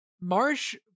marsh